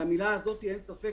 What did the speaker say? למילה הזאת "אין ספק",